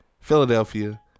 philadelphia